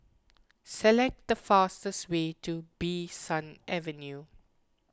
select the fastest way to Bee San Avenue